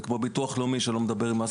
זה כמו ביטוח לאומי שלא מדבר עם מס